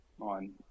on